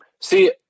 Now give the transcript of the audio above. see